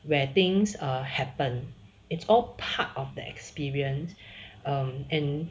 where things err happen it's all part of the experience um